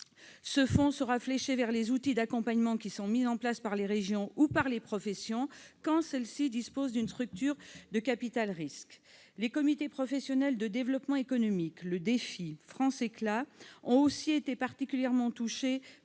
Ce fonds sera fléché vers les outils d'accompagnement mis en place par les régions ou par les professions, quand celles-ci disposent d'une structure de capital-risque. Les comités professionnels de développement économique, le DEFI et Francéclat ont aussi été particulièrement touchés. Ils ont